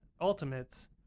ultimates